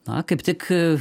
na kaip tik